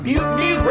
Mutiny